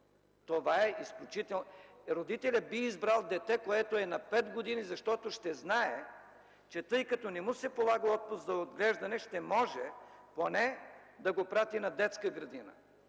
на грижата. Родителят би избрал дете, което е на пет години, защото ще знае, че тъй като не му се полага отпуск за отглеждане, ще може поне да го прати на детска градина.